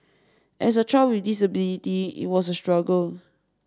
as a child with disability it was a struggle